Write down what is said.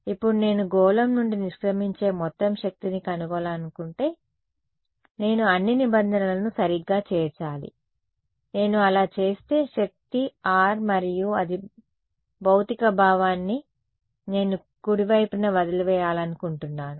ఇప్పుడు నేను గోళం నుండి నిష్క్రమించే మొత్తం పవర్ ని కనుగొనాలనుకుంటే నేను అన్ని నిబంధనలను సరిగ్గా చేర్చాలి నేను అలా చేస్తే పవర్ r మరియు అది భౌతిక భావాన్ని నేను కుడివైపున వదిలివేయాలనుకుంటున్నాను